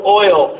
oil